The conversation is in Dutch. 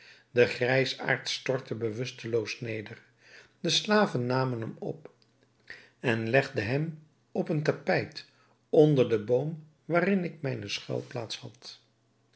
de grijsaard stortte bewusteloos neder de slaven namen hem op en legden hem op een tapijt onder den boom waarin ik mijne